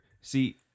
See